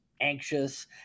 anxious